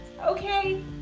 okay